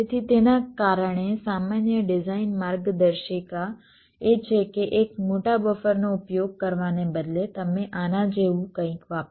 તેથી તેના કારણે સામાન્ય ડિઝાઇન માર્ગદર્શિકા એ છે કે એક મોટા બફરનો ઉપયોગ કરવાને બદલે તમે આના જેવું કંઈક વાપરો